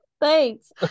Thanks